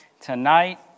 tonight